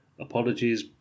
apologies